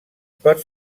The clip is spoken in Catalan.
pot